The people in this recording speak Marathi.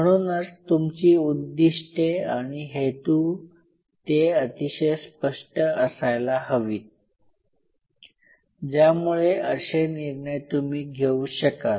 म्हणूनच तुमची उद्दिष्टे आणि हेतू ते अतिशय स्पष्ट असायला हवीत ज्यामुळे असे निर्णय तुम्ही घेऊ शकाल